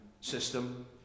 system